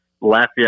Lafayette